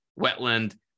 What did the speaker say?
wetland